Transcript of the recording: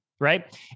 Right